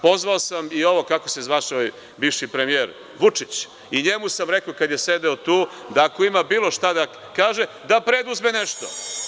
Pozvao sam i ovog, kako se zvaše ovaj bivši premijer, Vučić, i njemu sam rekao kada je sedeo tu, da ako ima bilo šta da kaže, da preduzme nešto.